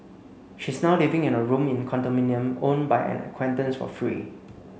she is now living in a room in condominium owned by an acquaintance for free